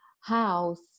house